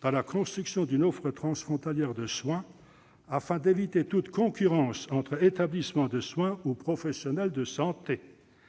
dans la construction d'une offre transfrontalière de soins, afin d'éviter toute concurrence entre établissements de soins ou professionnels de santé.